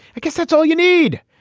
i guess that's all you need.